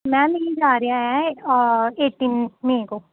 ma'am ਇਹ ਜਾ ਰਿਹਾ ਹੈ ਏਟੀਨ ਮੇਈ ਕੋ